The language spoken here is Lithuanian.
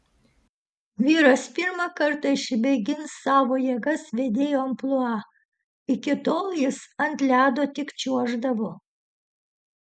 vyras pirmą kartą išmėgins savo jėgas vedėjo amplua iki tol jis ant ledo tik čiuoždavo